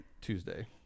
Tuesday